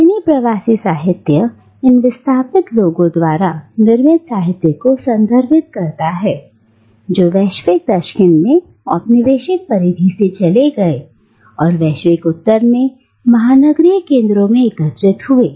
श्रेणी प्रवासी साहित्य इन विस्थापित लोगों द्वारा निर्मित साहित्य को संदर्भित करता है जो वैश्विक दक्षिण में औपनिवेशिक परिधि से चले गए और वैश्विक उत्तर में महानगरीय केंद्रों में एकत्रित हुए